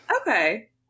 Okay